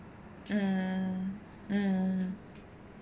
mm mm